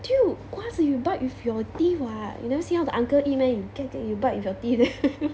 dude 瓜子 you bite with your teeth what you never see how the uncle eat meh you you bite with your teeth